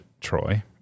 Troy